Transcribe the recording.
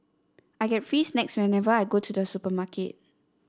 I get free snacks whenever I go to the supermarket